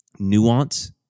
nuance